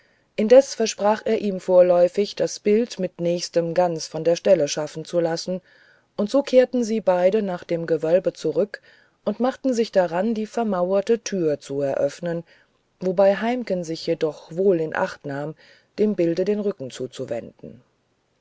indes versprach er ihm vorläufig das bild mit nächstem ganz von der stelle schaffen zu lassen und so kehrten sie beide nach dem gewölbe zurück und machten sich daran die vermauerte tür zu eröffnen wobei heimken sich jedoch wohl in acht nahm dem bilde den rücken zuzuwenden